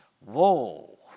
Whoa